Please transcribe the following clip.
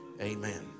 Amen